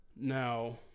Now